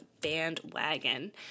bandwagon